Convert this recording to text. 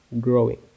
growing